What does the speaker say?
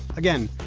again,